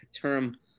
term